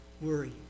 worry